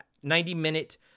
90-minute